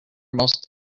most